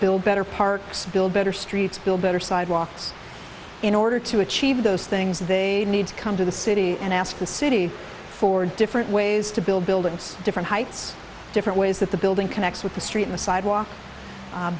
build better parks build better streets build better sidewalks in order to achieve those things they need to come to the city and ask the city for different ways to build buildings different heights different ways that the building connects with the street the sidewalk